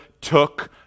took